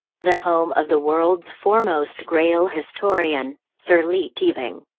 the home of the world's foremost grail historian, sir leigh teabing.